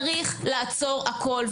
צריך לעצור הכול.